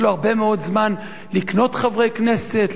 יש לו הרבה מאוד זמן לקנות חברי כנסת,